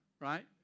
Right